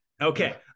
Okay